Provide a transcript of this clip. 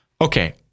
Okay